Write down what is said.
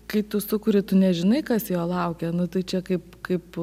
kai tu sukuri tu nežinai kas jo laukia nu tai čia kaip kaip